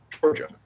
Georgia